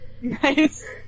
Nice